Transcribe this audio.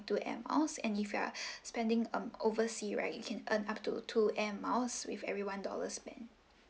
two air miles and if you are spending um oversea right you can earn up to two air miles with every one dollar spend